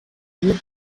you